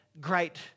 great